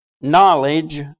knowledge